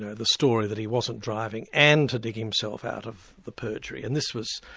and the story that he wasn't driving, and to dig himself out of the perjury, and this was